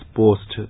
post